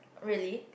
really